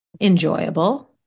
Enjoyable